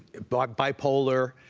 but bi-polar.